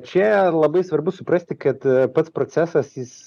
čia labai svarbu suprasti kad pats procesas jis